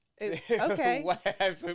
okay